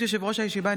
ברשות יושב-ראש הישיבה,